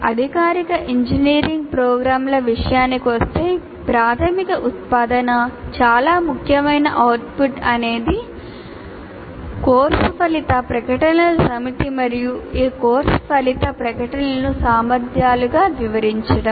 అధికారిక ఇంజనీరింగ్ ప్రోగ్రామ్ల విషయానికొస్తే ప్రాధమిక ఉత్పాదన చాలా ముఖ్యమైన అవుట్పుట్ అనేది కోర్సు ఫలిత ప్రకటనల సమితి మరియు ఈ కోర్సు ఫలిత ప్రకటనలను సామర్థ్యాలుగా వివరించడం